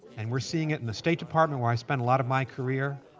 and we're seeing it in the state department where i spend a lot of my career.